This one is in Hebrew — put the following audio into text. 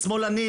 שמאלני,